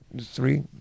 three